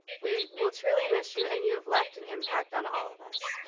we will truly miss you, and you have left an impact on all of us.